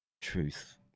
truth